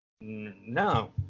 No